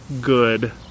good